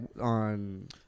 on